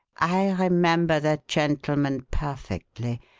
i remember the gentleman perfectly.